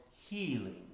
healing